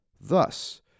Thus